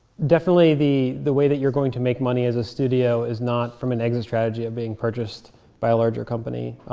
definitely, the the way that you're going to make money as a studio is not from an exit strategy of being purchased by a larger company.